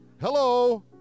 Hello